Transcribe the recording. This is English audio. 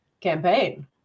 campaign